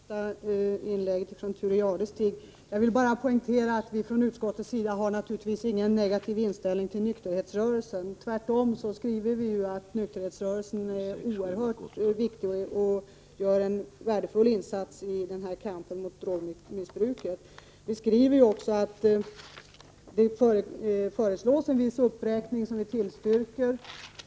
Herr talman! Med anledning av Thure Jadestigs senaste inlägg vill jag bara poängtera att vi i utskottsmajoriteten naturligtvis inte har någon negativ inställning till nykterhetsrörelsen. Vi skriver tvärtom att nykterhetsrörelsen är oerhört viktig och att den gör värdefulla insatser i kampen mot drogmissbruket. Det föreslås även en viss uppräkning av organisationsstödet, som vi tillstyrker.